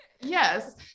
yes